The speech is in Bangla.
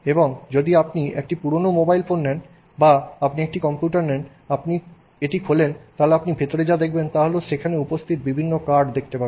এবং যদি আপনি একটি পুরানো মোবাইল ফোন নেন বা আপনি একটি কম্পিউটার নেন এবং আপনি এটি খুলেন তাহলে আপনি ভিতরে যা দেখেন তা হল সেখানে উপস্থিত বিভিন্ন কার্ট দেখতে পাবেন